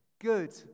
good